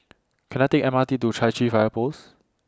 Can I Take M R T to Chai Chee Fire Post